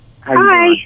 Hi